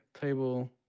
Table